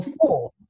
four